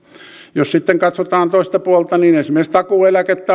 jos sitten katsotaan toista puolta niin esimerkiksi takuueläkettä